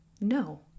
no